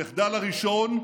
המחדל הראשון,